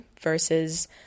versus